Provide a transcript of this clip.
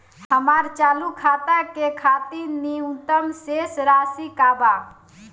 हमार चालू खाता के खातिर न्यूनतम शेष राशि का बा?